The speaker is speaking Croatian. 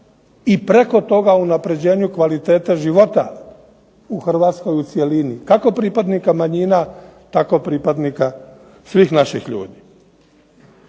i preko toga unapređenja kvalitete života u Hrvatskoj u cjelini, kako pripadnika manjina tako pripadnika svih naših ljudi.